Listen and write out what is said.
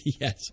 Yes